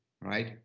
right